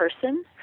person